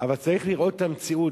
אבל צריך לראות את המציאות,